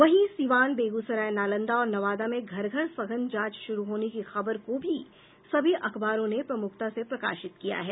वहीं सीवान बेगूसराय नालंदा और नवादा में घर घर सघन जांच शुरू होने की खबर को भी सभी अखबारों ने प्रमुखता से प्रकाशित किया है